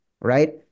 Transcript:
right